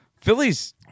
Phillies